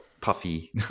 puffy